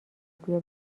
بیا